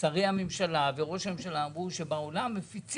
שרי הממשלה וראש הממשלה ואמרו שבעולם מפיצים